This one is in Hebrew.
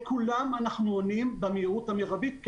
לכולם אנחנו עונים במהירות המרבית כי